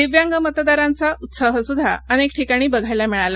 दिव्यांग मतदारांचा उत्साहसुद्धा अनेक ठिकाणी बघायला मिळाला